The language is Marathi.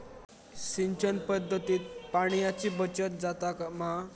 सिंचन पध्दतीत पाणयाची बचत जाता मा?